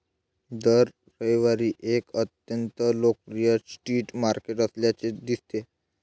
दर रविवारी एक अत्यंत लोकप्रिय स्ट्रीट मार्केट असल्याचे दिसते